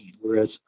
whereas